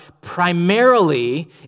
Primarily